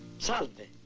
salvi.